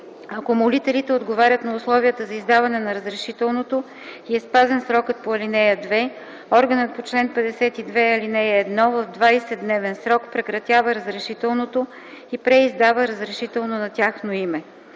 Ако молителите отговарят на условията за издаване на разрешителното и е спазен срокът по ал. 2, органът по чл. 52, ал. 1 в 20-дневен срок прекратява разрешителното и преиздава разрешително на тяхно име.